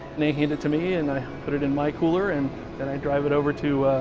and they hand it to me, and i put it in my cooler. and then i drive it over to,